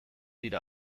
dira